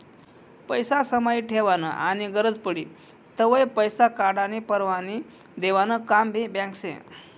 पैसा समाई ठेवानं आनी गरज पडी तव्हय पैसा काढानी परवानगी देवानं काम भी बँक शे